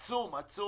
עצום, עצום.